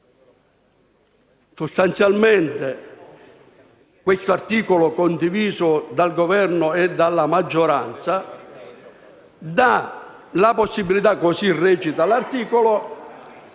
Sostanzialmente questo articolo, condiviso dal Governo e dalla maggioranza, dà la possibilità di delegare le